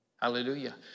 Hallelujah